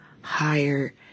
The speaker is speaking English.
higher